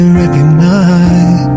recognize